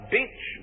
Beach